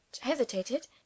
hesitated